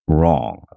wrong